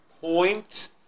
point